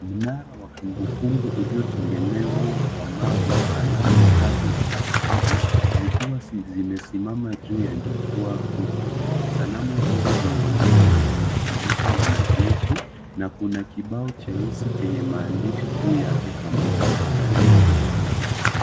Mnara wa kumbu kumbu uliotengenezwa kwa mawe na sanamu tatu za askari zikiwa zimesimama juu ya jukwaa kubwa. Sanamu hizo zinaonekana kuwakiisha wanajeshi na kuna kibao cheusi chenye maandishi ju yake pamoja na tarehe.